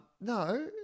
No